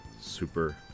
Super